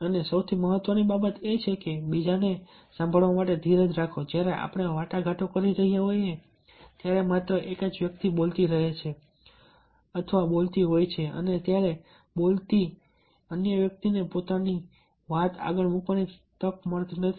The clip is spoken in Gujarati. અને સૌથી મહત્વની બાબત એ છે કે બીજાને સાંભળવા માટે ધીરજ રાખો જ્યારે આપણે વાટાઘાટો કરી રહ્યા હોઈએ ત્યારે માત્ર એક જ વ્યક્તિ બોલતી રહે છે અથવા બોલતી હોય છે અને ત્યારે બોલતી અન્ય વ્યક્તિને પોતાની વાત આગળ મૂકવાની તક મળતી નથી